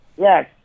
Yes